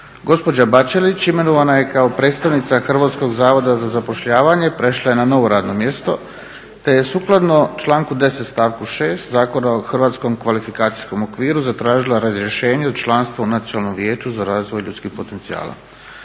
Gospođa Bačelić imenovana je kao predstavnica Hrvatskog zavoda za zapošljavanje, prešla je na novo radno mjesto te je sukladno članku 10. stavku 6. Zakona o hrvatskom kvalifikacijskom okviru zatražila razrješenje u članstvu u Nacionalnom vijeću za razvoj ljudskih potencijala.